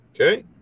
okay